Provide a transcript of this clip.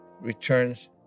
returns